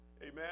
Amen